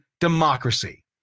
democracy